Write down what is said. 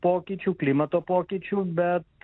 pokyčių klimato pokyčių bet